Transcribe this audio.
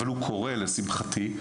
אבל הוא קורה לשמחתי.